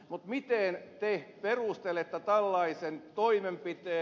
mutta miten te perustelette tällaisen toimenpiteen